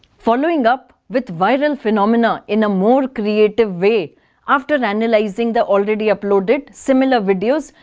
following up with viral phenomena in a more creative way after analyzing the already uploaded similar videos,